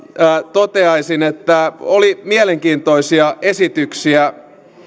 toteaisin että oli mielenkiintoisia esityksiä